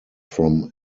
from